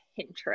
Pinterest